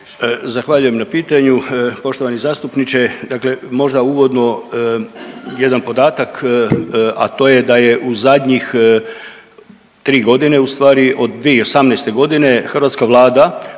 Zahvaljujem na pitanju poštovani zastupniče. **Družak, Tomislav** Dakle, možda uvodno jedan podatak, a to je da je u zadnjih tri godine ustvari od 2018.g. hrvatska Vlada